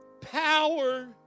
power